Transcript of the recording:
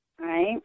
right